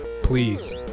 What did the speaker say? Please